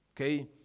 okay